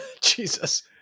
Jesus